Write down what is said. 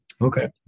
okay